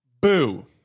Boo